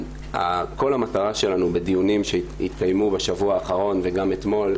כל המטרה שלנו בדיונים שהתקיימו בשבוע האחרון וגם אתמול,